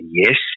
yes